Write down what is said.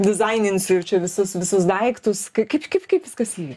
dizaininsiu čia visus visus daiktus kaip kaip kaip viskas vyko